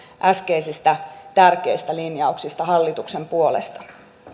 äskeisistä tärkeistä lin jauksista hallituksen puolesta